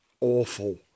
awful